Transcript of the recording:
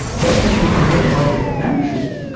then when we compare budget to actual,